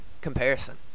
comparison